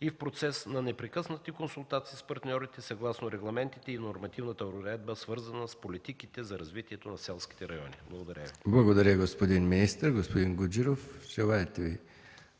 и в процес на непрекъснати консултации с партньорите, съгласно регламентите и нормативната уредба, свързана с политиките за развитието на селските райони. Благодаря Ви. ПРЕДСЕДАТЕЛ МИХАИЛ МИКОВ: Благодаря, господин министър. Господин Гуджеров, желаете ли да зададете